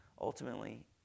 ultimately